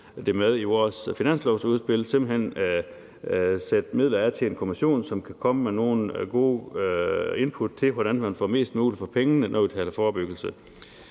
at der simpelt hen skal sættes midler af til en kommission, som kan komme med nogle gode input til, hvordan man får mest muligt for pengene, når vi taler forebyggelse.